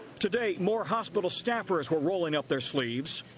today more hospital staffers were rolling up their sleeves.